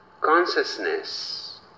consciousness